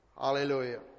Hallelujah